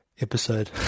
episode